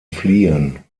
fliehen